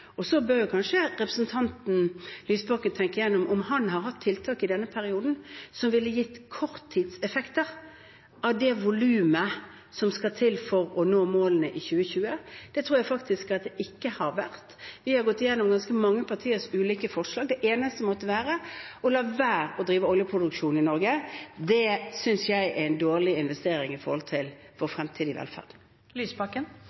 Så bør kanskje representanten Lysbakken tenke igjennom om han har kommet med tiltak i denne perioden som ville gitt korttidseffekter av det volumet som skal til for å nå målene i 2020. Det tror jeg faktisk ikke har kommet. Vi har gått igjennom ganske mange partiers ulike forslag. Det eneste måtte være å la være å drive oljeproduksjon i Norge. Det synes jeg er en dårlig investering med tanke på vår fremtidige velferd. Audun Lysbakken – til oppfølgingsspørsmål. Jeg er glad for